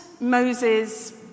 Moses